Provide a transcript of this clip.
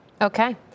Okay